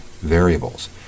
variables